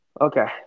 Okay